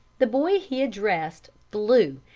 the boy he addressed flew,